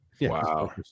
Wow